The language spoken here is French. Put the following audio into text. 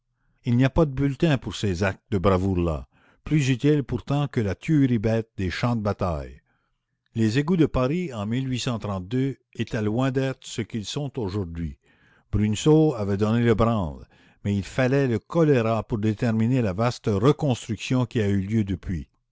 il n'y a pas de bulletin pour ces actes de bravoure là plus utiles pourtant que la tuerie bête des champs de bataille les égouts de paris en étaient loin d'être ce qu'ils sont aujourd'hui bruneseau avait donné le branle mais il fallait le choléra pour déterminer la vaste reconstruction qui a eu lieu depuis